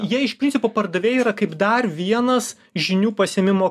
jie iš principo pardavėjai yra kaip dar vienas žinių pasiėmimo